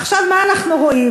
עכשיו, מה אנחנו רואים?